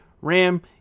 Ram